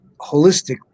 holistically